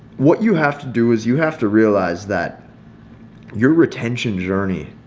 what you have to do is you have to realize that your retention journey